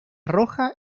roja